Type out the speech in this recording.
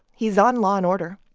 he's on law and order.